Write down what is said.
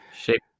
Shape